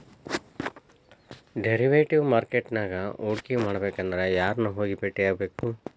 Derivative market ನ್ಯಾಗ್ ಹೂಡ್ಕಿಮಾಡ್ಬೆಕಂದ್ರ ಯಾರನ್ನ ಹೊಗಿ ಬೆಟ್ಟಿಯಾಗ್ಬೇಕ್?